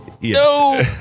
No